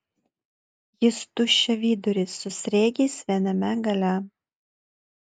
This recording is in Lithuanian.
jis tuščiaviduris su sriegiais viename gale